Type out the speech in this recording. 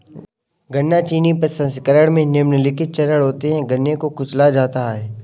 गन्ना चीनी प्रसंस्करण में निम्नलिखित चरण होते है गन्ने को कुचला जाता है